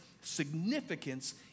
significance